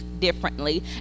differently